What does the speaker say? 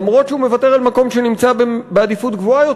אף-על-פי שהוא מוותר על מקום שנמצא בעדיפות גבוהה יותר,